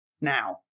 now